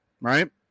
right